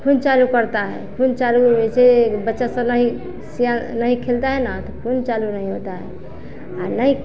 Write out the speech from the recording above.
खून चालू करता है खून चालू से बच्चा सब नहीं सिया नहीं खेलता है ना तो खून चालू नहीं होता है नहीं